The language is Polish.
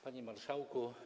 Panie Marszałku!